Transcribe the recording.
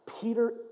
Peter